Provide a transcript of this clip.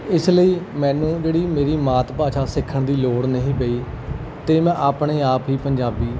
ਇਸ ਲਈ ਮੈਨੂੰ ਜਿਹੜੀ ਮੇਰੀ ਮਾਤ ਭਾਸ਼ਾ ਸਿੱਖਣ ਦੀ ਲੋੜ ਨਹੀਂ ਪਈ ਅਤੇ ਮੈਂ ਆਪਣੇ ਆਪ ਹੀ ਪੰਜਾਬੀ